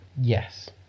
Yes